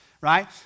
right